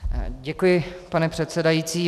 Děkuji, pane předsedající.